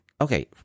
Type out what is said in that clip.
okay